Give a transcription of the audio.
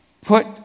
Put